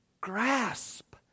grasp